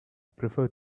prefer